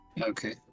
okay